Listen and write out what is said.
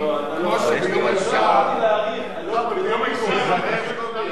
שיש יום המדע זה לא אומר שמחנכים את כולם להיות